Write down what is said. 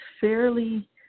fairly